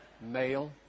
male